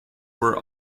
were